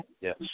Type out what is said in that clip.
Yes